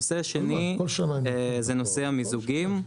נושא שני זה נושא המיזוגים,